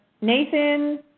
Nathan